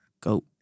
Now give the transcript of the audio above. Go